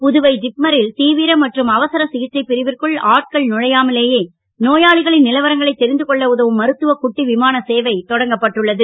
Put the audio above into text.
புதுவை ஜிப்மரில் தீவிர மற்றும் அவசர சிகிச்சை பிரிவிற்குள் ஆட்கள் நுழையாமலேயே நோயாளிகளின் நிலவரங்களை தெரிந்து கொள்ள உதவும் மருத்துவ குட்டி விமான சேவை தொடங்கப்பட்டுள்ளது